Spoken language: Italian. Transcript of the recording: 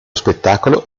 spettacolo